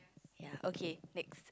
ya okay next